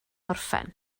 orffen